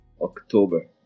October